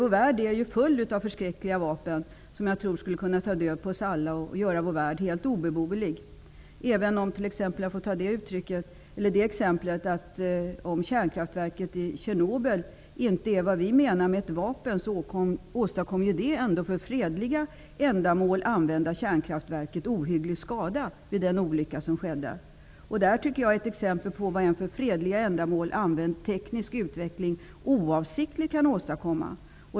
Vår värld är ju full av förskräckliga vapen som jag tror skulle kunna ta död på oss alla och göra vår värld helt obeboelig. Även om t.ex. kärnkraftverket i Tjernobyl inte är vad vi menar med ett vapen så åstadkom ändå det här, för fredliga ändamål använda, kärnkraftverket ohygglig skada vid den olycka som skedde. Det tycker jag är ett exempel på vad en för fredliga ändamål använd teknisk utveckling oavsiktligt kan åstadkomma.